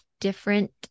different